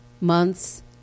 months